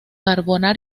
portuguesa